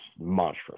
monstrous